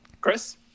Chris